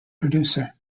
producer